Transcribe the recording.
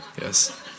yes